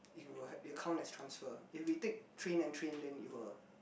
it will it will count as transfer if we take train then train then it will